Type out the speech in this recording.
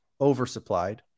oversupplied